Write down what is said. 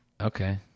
Okay